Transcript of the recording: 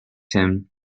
him